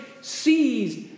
seized